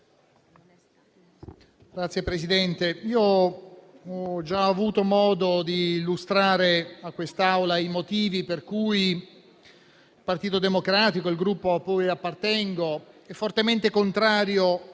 Signora Presidente, ho già avuto modo di illustrare a quest'Aula i motivi per cui il Partito Democratico, il Gruppo a cui appartengo, è fortemente contrario